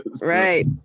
right